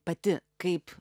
pati kaip